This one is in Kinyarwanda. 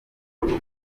rugufi